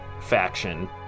faction